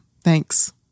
Thanks